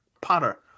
Potter